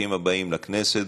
ברוכים הבאים לכנסת,